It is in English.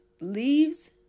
leaves